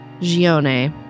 Gione